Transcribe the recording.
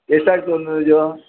ಎಷ್ಟಾಗ್ತದೆ ಒಂದು ಇದು